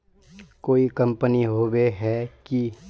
कोई कंपनी होबे है की?